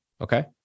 Okay